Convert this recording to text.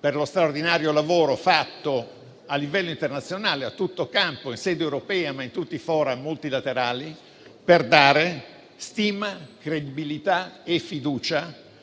per lo straordinario lavoro fatto a livello internazionale, a tutto campo, in sede europea e in tutti i *forum* multilaterali, per ottenere stima, credibilità e fiducia